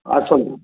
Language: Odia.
ଆସନ୍ତୁ